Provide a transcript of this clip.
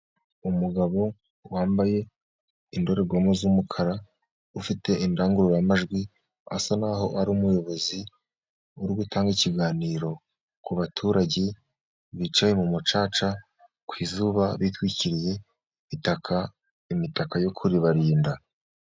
Umugabo wambaye indorerwamo z'umukara, ufite indangururamajwi, asa n'aho ari umuyobozi utanga ikiganiro, ku baturage bicaye mu mucaca ku izuba, bitwikiriye imitaka imitaka yo kuribarinda.